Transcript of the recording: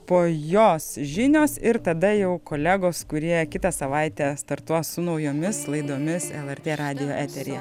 po jos žinios ir tada jau kolegos kurie kitą savaitę startuos su naujomis laidomis lrt radijo eteryje